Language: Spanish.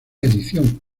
edición